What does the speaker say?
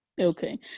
okay